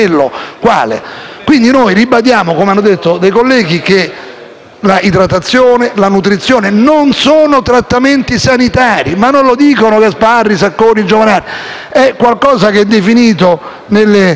l'idratazione e la nutrizione non sono trattamenti sanitari. Non lo dicono i senatori Gasparri, Sacconi o Giovanardi: è un concetto definito nelle regole fondamentali internazionali della scienza medica.